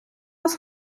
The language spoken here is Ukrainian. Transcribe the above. вас